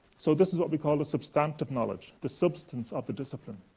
so, this is what we call the substantive knowledge, the substance of the discipline.